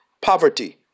poverty